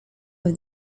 with